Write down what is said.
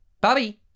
bobby